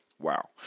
Wow